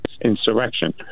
insurrection